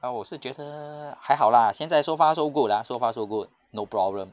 ah 我是觉得还好 lah 现在 so far so good ah so far so good no problem